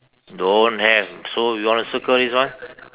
don't have so you want to circle this one